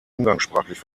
umgangssprachlich